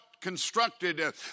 constructed